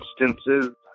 instances